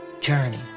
journey